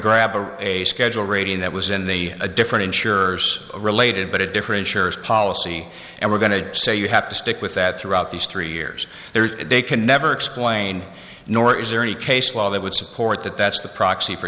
grab a a schedule rating that was in the a different ensures a related but a different policy and we're going to say you have to stick with that throughout these three years there they can never explain nor is there any case law that would support that that's the proxy for